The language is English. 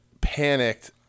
panicked